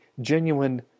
Genuine